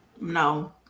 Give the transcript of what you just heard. No